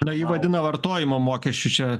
na jį vadina vartojimo mokesčiu čia